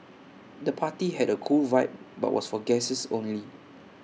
the party had A cool vibe but was for guests only